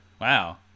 wow